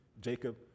jacob